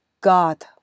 God